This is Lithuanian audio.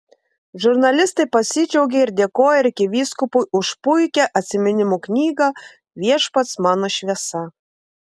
žurnalistai pasidžiaugė ir dėkojo arkivyskupui už puikią atsiminimų knygą viešpats mano šviesa